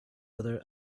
other